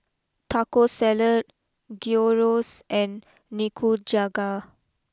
Taco Salad Gyros and Nikujaga